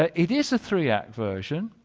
ah it is a three-act version.